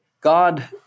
God